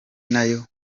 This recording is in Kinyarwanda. nayo